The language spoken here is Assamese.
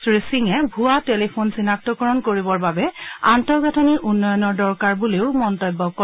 শ্ৰীসিঙে ভূৱা টেলিফোন চিনাক্তকৰণ কৰিবৰ বাবে আন্তঃগাঁথনিৰ উন্নয়নৰ দৰকাৰ বুলিও মন্তব্য কৰে